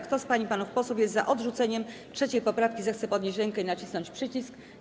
Kto z pań i panów posłów jest za odrzuceniem 3. poprawki, zechce podnieść rękę i nacisnąć przycisk.